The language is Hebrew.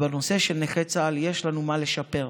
בנושא של נכי צה"ל יש לנו מה לשפר.